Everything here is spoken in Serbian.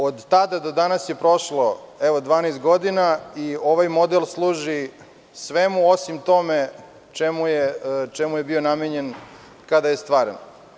Od tada do danas je prošlo 12 godina i ovaj model služi svemu, osim tome čemu je bio namenjen kada je stvaran.